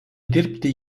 dirbti